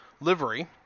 livery